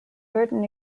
burton